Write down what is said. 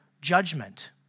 judgment